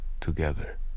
together